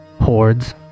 hordes